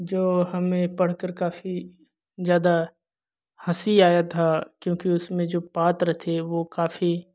जो हमें पढ़ कर काफ़ी ज़्यादा हँसी आया था क्योंकि उसमें जो पात्र थे वह काफ़ी